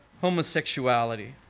homosexuality